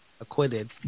acquitted